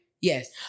Yes